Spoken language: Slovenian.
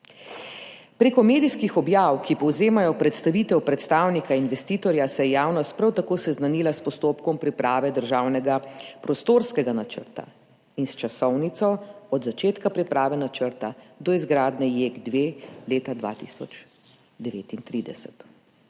Prek medijskih objav, ki povzemajo predstavitev predstavnika investitorja, se je javnost prav tako seznanila s postopkom priprave državnega prostorskega načrta in s časovnico od začetka priprave načrta do izgradnje JEK2 leta 2039.